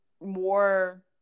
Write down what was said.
more